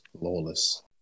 Lawless